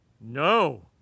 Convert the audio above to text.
No